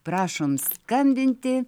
prašom skambinti